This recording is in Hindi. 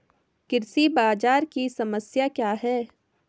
कृषि बाजार की समस्या क्या है?